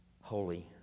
holy